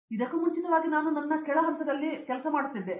ಇದಕ್ಕೂ ಮುಂಚಿತವಾಗಿ ನಾನು ನನ್ನ ಕೆಳ ಹಂತದಲ್ಲಿ ಮಾಡುತ್ತಿದ್ದೆ